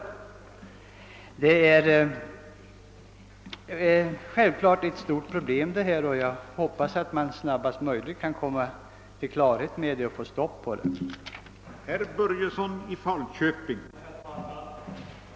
Dessa spelautomater utgör självklart ett stort problem, och jag hoppas att man snabbt kan komma till klarhet om hur man skall kunna få stopp på verksamheten.